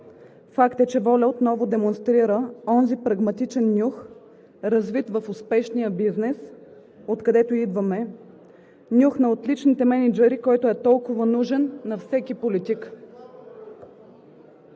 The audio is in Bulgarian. Факт е, че ВОЛЯ отново демонстрира онзи прагматичен нюх, развит в успешния бизнес, откъдето идваме, нюх на отличните мениджъри, който е толкова нужен на всеки политик.